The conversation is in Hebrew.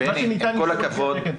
עם כל הכבוד,